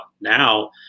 now